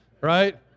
Right